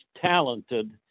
talented